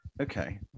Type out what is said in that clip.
Okay